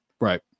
Right